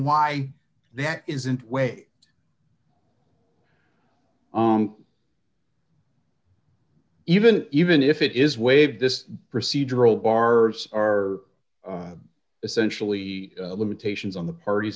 why that isn't way on even even if it is waived this procedural bars are essentially limitations on the parties